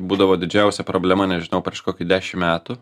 būdavo didžiausia problema nežinau prieš kokį dešimt metų